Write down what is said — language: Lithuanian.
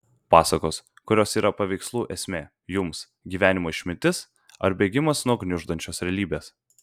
pasakos kurios yra paveikslų esmė jums gyvenimo išmintis ar bėgimas nuo gniuždančios realybės